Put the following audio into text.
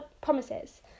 promises